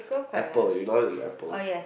Apple you loyal to apple